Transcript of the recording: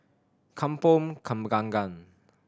Kampong